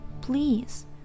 Please